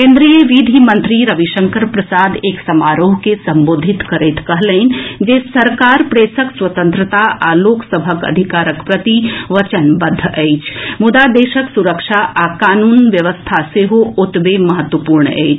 केन्द्रीय विधि मंत्री रविशंकर प्रसाद एक समारोह के संबोधित करैत कहलनि जे सरकार प्रेसक स्वतंत्रता आ लोक सभक अधिकारक प्रति वचनबद्ध अछि मुदा देशक सुरक्षा आ कनून व्यवस्था सेहो ओतबे महत्वपूर्ण अछि